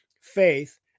faith